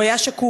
הוא היה שקוף.